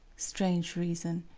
strange reason!